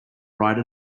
ride